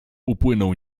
upłynął